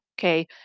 okay